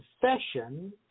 confession